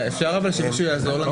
אפשר שמישהו יעזור לנו